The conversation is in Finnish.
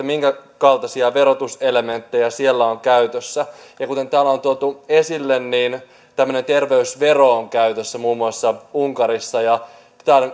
minkä kaltaisia verotuselementtejä siellä on käytössä kuten täällä on tuotu esille niin tämmöinen terveysvero on käytössä muun muassa unkarissa tämän